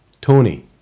Tony